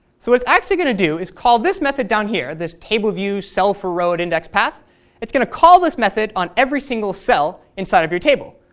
so what it's actually going to do is call this method down here, this tableview cellforrowatindexpath. it's going to call this method on every single cell inside of your table.